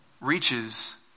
reaches